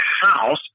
house